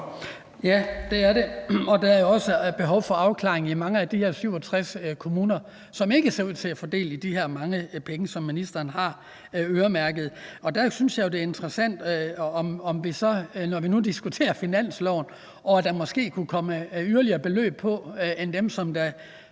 Ja, det er det. Og der er også behov for afklaring i mange af de her 67 kommuner, som ikke ser ud til at få del i de her mange penge, som ministeren har øremærket. Der synes jeg jo, det er interessant, om der så, når vi diskuterer finansloven, måske kunne komme yderligere beløb på end det oprindelige